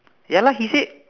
ya lah he said